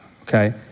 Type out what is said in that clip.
okay